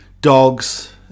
dogs